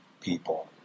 people